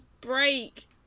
break